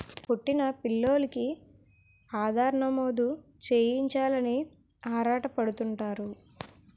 పుట్టిన పిల్లోలికి ఆధార్ నమోదు చేయించాలని ఆరాటపడుతుంటారు